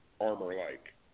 armor-like